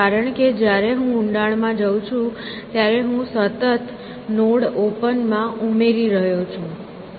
કારણ કે જ્યારે હું ઊંડાણ માં જઉં છું ત્યારે હું સતત નોડ ઓપન માં ઉમેરી રહ્યો છું